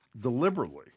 deliberately